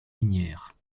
lignières